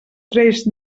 tres